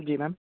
जी ma'am